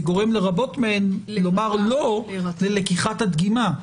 זה גורם לרבות מהן לומר לא ללקיחת הדגימה.